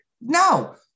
no